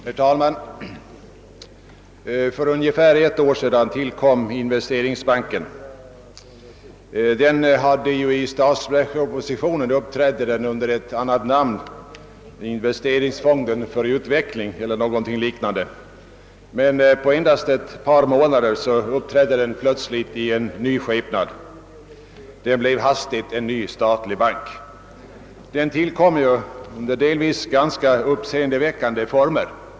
Herr talman! För ungefär ett år sedan tillkom Investeringsbanken. I statsverkspropositionen 1967 förekom den under ett annat namn — Investeringsfonden för utveckling, eller någonting liknande — men efter endast ett par månader uppträdde den plötsligt i en ny skepnad. Den blev hastigt en ny statlig bank. Denna bank tillkom under delvis ganska uppseendeväckande former.